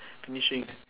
finishing